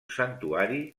santuari